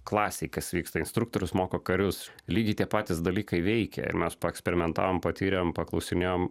klasėj kas vyksta instruktorius moko karius lygiai tie patys dalykai veikia ir mes paeksperimentavom patyrėm paklausinėjom